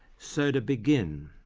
so, to begin.